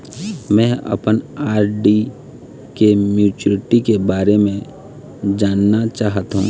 में ह अपन आर.डी के मैच्युरिटी के बारे में जानना चाहथों